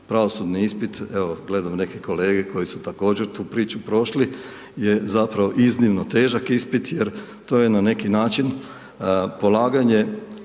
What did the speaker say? Pravosudni ispit, evo, gledam neke kolege, koji su također tu priču prošli, je zapravo iznimno težak ispit, jer to je na neki način, polaganje